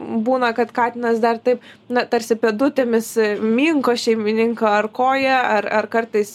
būna kad katinas dar taip na tarsi pėdutėmis minko šeimininko ar koją ar ar kartais